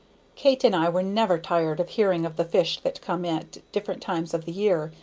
kate and i were never tired of hearing of the fish that come at different times of the year,